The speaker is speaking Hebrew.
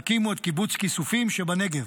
הם הקימו את קיבוץ כיסופים שבנגב.